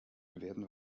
werden